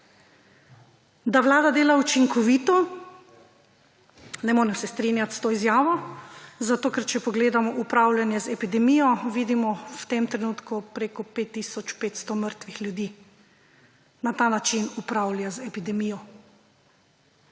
Da vlada dela učinkovito – ne morem se strinjati s to izjavo, zato ker če pogledamo upravljanje z epidemijo, vidimo v tem trenutku več kot 5 tisoč 500 mrtvih ljudi. Na ta način upravlja z epidemijo.